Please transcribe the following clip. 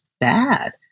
bad